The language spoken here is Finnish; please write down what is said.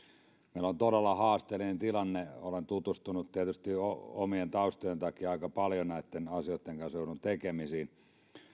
meillä on todella haasteellinen tilanne olen tutustunut asioihin tietysti omien taustojeni takia aika paljon näitten asioitten kanssa joudun tekemisiin